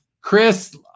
Chris